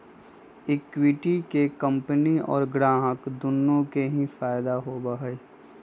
equity के company और ग्राहक दुन्नो के ही फायद दा होबा हई